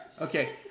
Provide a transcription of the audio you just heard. Okay